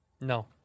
No